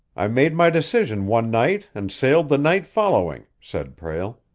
i made my decision one night and sailed the night following, said prale.